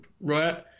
right